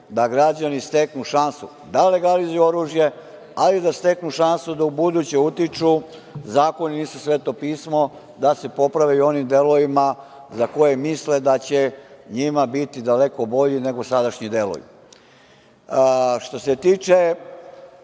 da građani steknu šansu da legalizuju oružje, a i da steknu šansu da ubuduće utiču, zakoni nisu sveto pismo, da se poprave u onim delovima za koje misle da će njima biti daleko bolji nego sadašnji delovi. Što se tiče,